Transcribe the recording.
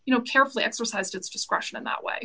you know carefully exercised its discretion in that way